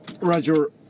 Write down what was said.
Roger